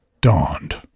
dawned